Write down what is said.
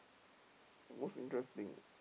most interesting